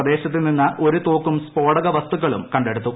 പ്രദേശത്ത് നിന്ന് ഒരു തോക്കും സ്ഫോടകവസ്തുക്കളും കണ്ടെടുത്തു